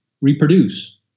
reproduce